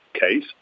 case